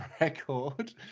record